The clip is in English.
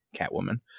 Catwoman